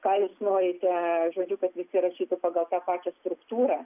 ką jūs norite žodžiu kad visi rašytų pagal tą pačią struktūrą